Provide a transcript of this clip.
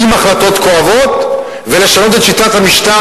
עם החלטות כואבות, ולשנות את שיטת המשטר.